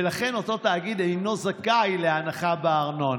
ולכן אותו תאגיד אינו זכאי להנחה בארנונה.